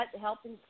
helping